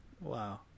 Wow